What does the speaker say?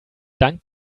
dank